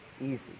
easy